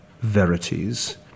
verities